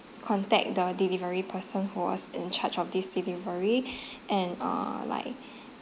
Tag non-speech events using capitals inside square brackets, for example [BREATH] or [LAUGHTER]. contact the delivery person who was in charge of this delivery and uh like [BREATH]